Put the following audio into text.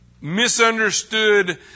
Misunderstood